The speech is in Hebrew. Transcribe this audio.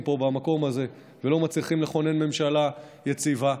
פה במקום הזה ולא מצליחים לכונן ממשלה יציבה,